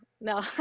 no